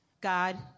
God